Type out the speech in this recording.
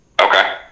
Okay